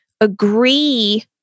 agree